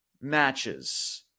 matches